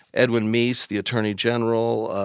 edwin meese, the attorney general,